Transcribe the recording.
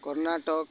Karnataka